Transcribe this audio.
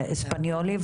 אספניולי.